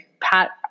pat